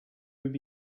would